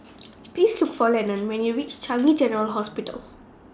Please Look For Lennon when YOU REACH Changi General Hospital